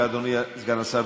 זה אפשרי.